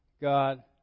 God